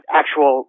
actual